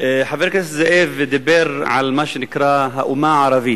חבר הכנסת זאב דיבר על מה שנקרא "האומה הערבית".